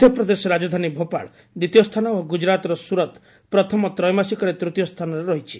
ମଧ୍ୟପ୍ରଦେଶ ରାଜଧାନୀ ଭୋପାଳ ଦ୍ୱିତୀୟ ସ୍ଥାନ ଓ ଗୁଜରାତର ସୁରତ ପ୍ରଥମ ତ୍ରୟୋମାସିକରେ ତୃତୀୟ ସ୍ଥାନରେ ରହିଛି